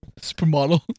Supermodel